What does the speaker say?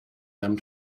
them